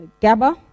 GABA